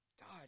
God